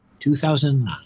2009